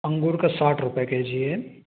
अंगूर का साठ रुपये के जी है